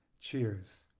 Cheers